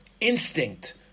instinct